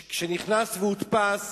כשהוא נכנס והודפס,